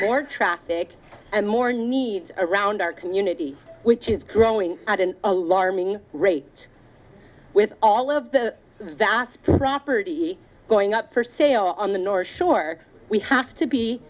more traffic and more needs around our community which is growing at an alarming rate with all of the vast property going up for sale on the north shore we have to be